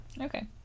Okay